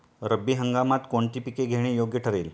रब्बी हंगामात कोणती पिके घेणे योग्य ठरेल?